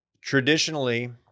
traditionally